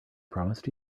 promised